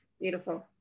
beautiful